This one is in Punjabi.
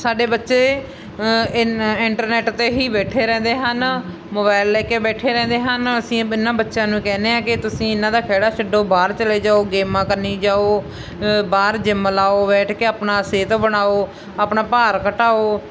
ਸਾਡੇ ਬੱਚੇ ਇੰ ਇੰਟਰਨੈਟ 'ਤੇ ਹੀ ਬੈਠੇ ਰਹਿੰਦੇ ਹਨ ਮੋਬਾਇਲ ਲੈ ਕੇ ਬੈਠੇ ਰਹਿੰਦੇ ਹਨ ਅਸੀਂ ਇਹਨਾਂ ਬੱਚਿਆਂ ਨੂੰ ਕਹਿੰਦੇ ਹਾਂ ਕਿ ਤੁਸੀਂ ਇਹਨਾਂ ਦਾ ਖਹਿੜਾ ਛੱਡੋ ਬਾਹਰ ਚਲੇ ਜਾਓ ਗੇਮਾਂ ਕੰਨੀ ਜਾਓ ਬਾਹਰ ਜਿੰਮ ਲਾਓ ਬੈਠ ਕੇ ਆਪਣੀ ਸਿਹਤ ਬਣਾਓ ਆਪਣਾ ਭਾਰ ਘਟਾਓ